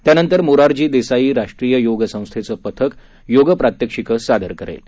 त्यानंतर मोरारजी देसाई राष्ट्रीय योग संस्थेचं पथक योग प्रात्यक्षिकं सादर करणार आहे